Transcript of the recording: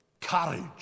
courage